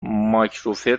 مایکروفر